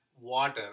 water